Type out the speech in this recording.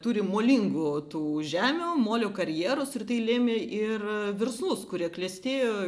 turi molingų tų žemių molio karjerus ir tai lėmė ir verslus kurie klestėjo